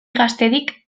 gaztedik